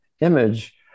image